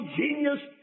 genius